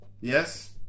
Yes